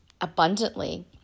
abundantly